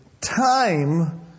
time